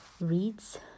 reads